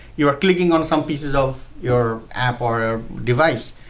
you're clicking on some pieces of your app or device,